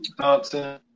Thompson